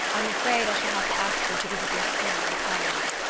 i'm afraid i shall have to ask you to give up your spring in paris.